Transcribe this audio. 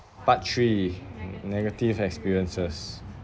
part three negative experiences